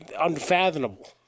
unfathomable